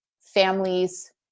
families